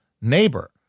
neighbor